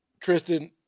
Tristan